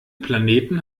planeten